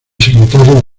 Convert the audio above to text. secretario